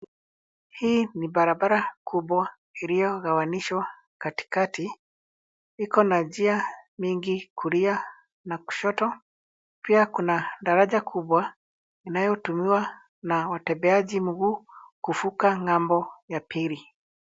Hii ni barabara kubwa iliyogawanishwa katikati. Iko na njia mingi kulia na kushoto. Pia kuna daraja kubwa, inayotumiwa na watembeaji mguu kuvuka ng'ambo ya pili.